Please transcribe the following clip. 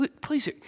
Please